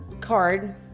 card